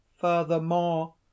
furthermore